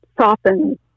softens